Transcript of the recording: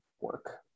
work